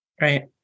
Right